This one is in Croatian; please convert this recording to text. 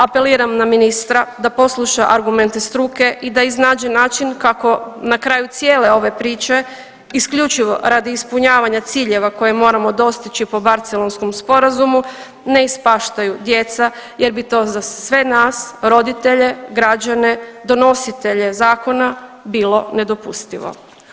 Apeliram na ministra da posluša argumente struke i da iznađe način kako na kraju cijele ove priče isključivo radi ispunjavanja ciljeva koje moramo dostići po Barcelonskom sporazumu ne ispaštaju djeca jer bi to za sve nas roditelje, građane, donositelje zakona bilo nedopustivo.